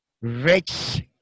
Rich